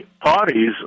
parties